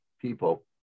people